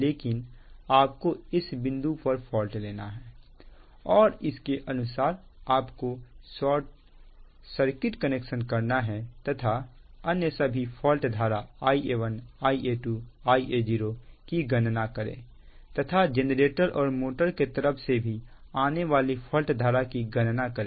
लेकिन आपको इस बिंदु पर फॉल्ट लेना है और उसके अनुसार आप को सर्किट कनेक्शन करना है तथा अन्य सभी फॉल्ट धारा Ia1 Ia2 Ia0 की गणना करें तथा जेनरेटर और मोटर के तरफ से भी आने वाली फॉल्ट धारा की गणना करें